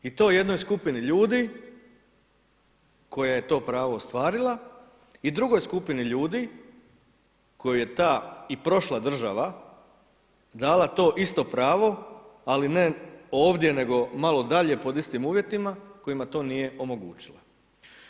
I to jednoj skupini ljudi koja je to pravo ostvarila i drugoj skupini ljudi kojoj je ta i prošla država dala to isto pravo ali ne ovdje nego malo dalje pod istim uvjetima kojima to nije omogućila.